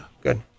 good